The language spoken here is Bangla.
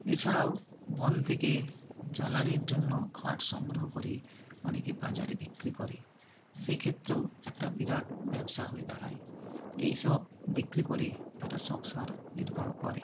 এছাড়াও বন থেকে জ্বালানির জন্য কাঠ সংগ্রহ করে অনেকে বাজারে বিক্রি করে সেক্ষেত্রেও একটা বিরাট ব্যবসা হয়ে দাঁড়ায় এইসব বিক্রি করে তারা সংসার নির্বাহ করে